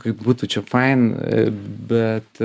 kaip būtų čia fain bet